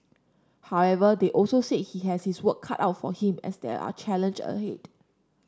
however they also said he has his work cut out for him as there are challenge ahead